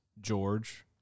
George